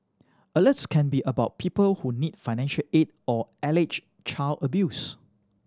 alerts can be about people who need financial aid or alleged child abuse